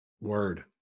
Word